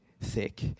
thick